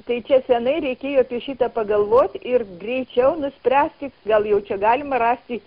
tai čia senai reikėjo apie šitą pagalvoti ir greičiau nuspręsti gal jau čia galima rasti